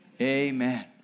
Amen